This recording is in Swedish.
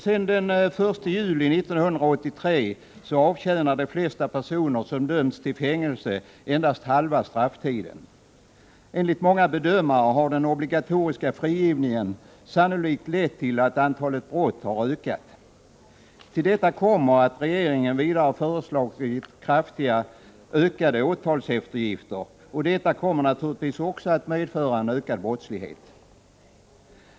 Sedan den 1 juli 1983 avtjänar de flesta personer som dömts till fängelse endast halva strafftiden. Enligt många bedömare har den obligatoriska frigivningen sannolikt lett till att antalet brott har ökat. Till detta kommer att regeringen föreslagit kraftigt ökade åtalseftergifter, vilket naturligtvis också kommer att medföra en ökad brottslighet.